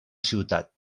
ciutat